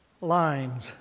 lines